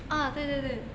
ah 对对对